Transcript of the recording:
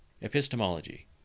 Epistemology